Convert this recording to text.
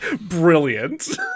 Brilliant